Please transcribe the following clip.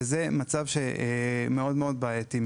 וזהו מצב מאוד בעייתי,